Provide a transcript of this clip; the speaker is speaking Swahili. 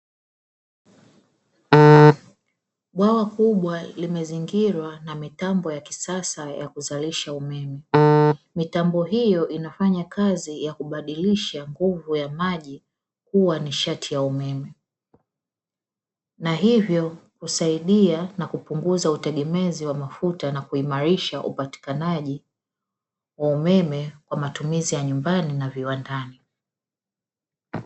Bwawa kubwa limezingirwa na mitambo ya kisasa ya kuzalisha umeme. Mitambo hiyo inafanyakazi ya kubadilisha nguvu ya maji kuwa nishati ya umeme, na hivyo kusaidia na kupunguza utengemezi wa mafuta na kuimarisha upatikanaji wa umeme kwa matumizi ya nyumbani na viwandani.